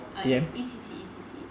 ah 一一七七一七七